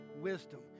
wisdom